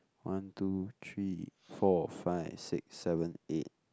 one two three four five six seven eight